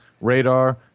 radar